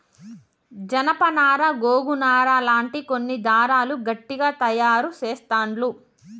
జానప నారా గోగు నారా లాంటి కొన్ని దారాలు గట్టిగ తాయారు చెస్తాండ్లు